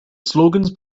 slogans